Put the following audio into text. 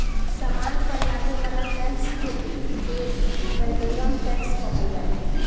सामान पर लागे वाला टैक्स के एड वैलोरम टैक्स कहल जाला